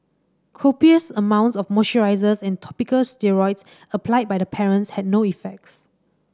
copious amounts of moisturisers and topical steroids applied by the parents had no effects